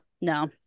no